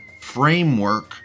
framework